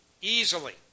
easily